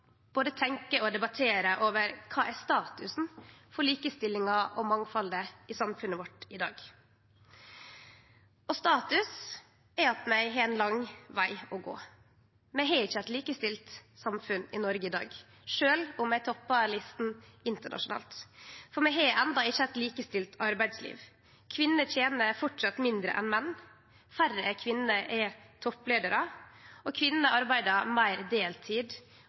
mangfaldet i samfunnet vårt i dag? Status er at vi har ein lang veg å gå. Vi har ikkje eit likestilt samfunn i Noreg i dag, sjølv om vi toppar lista internasjonalt, for vi har enno ikkje eit likestilt arbeidsliv. Kvinner tener framleis mindre enn menn, færre kvinner er toppleiarar, og kvinnene arbeider meir deltid